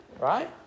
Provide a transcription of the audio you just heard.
Right